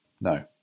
no